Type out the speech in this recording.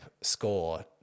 score